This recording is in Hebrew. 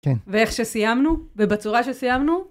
כן ואיך שסיימנו ובצורה שסיימנו.